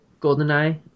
GoldenEye